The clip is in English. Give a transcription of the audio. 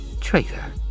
Traitor